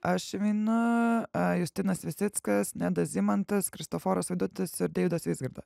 aš na justinas visickas nedas zimantas kristoforas vaidotas ir deividas vizgirda